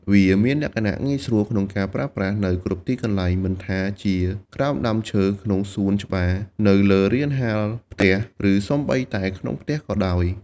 វាមានលក្ខណៈងាយស្រួលក្នុងការប្រើប្រាស់នៅគ្រប់ទីកន្លែង មិនថាជាក្រោមដើមឈើក្នុងសួនច្បារ នៅលើរានហាលផ្ទះ ឬសូម្បីតែក្នុងផ្ទះក៏ដោយ។